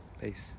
Peace